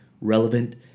relevant